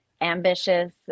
ambitious